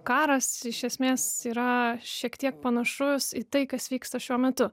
karas iš esmės yra šiek tiek panašus į tai kas vyksta šiuo metu